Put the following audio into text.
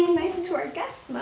nice to our guests,